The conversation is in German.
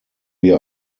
wir